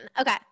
Okay